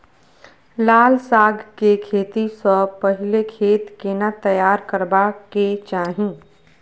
लाल साग के खेती स पहिले खेत केना तैयार करबा के चाही?